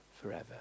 forever